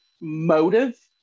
motive